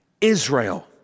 Israel